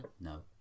No